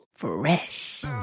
Fresh